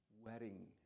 wedding